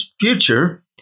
future